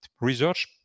Research